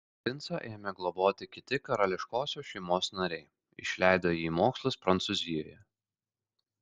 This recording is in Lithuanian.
princą ėmė globoti kiti karališkosios šeimos nariai išleido jį į mokslus prancūzijoje